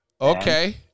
Okay